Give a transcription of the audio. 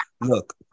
look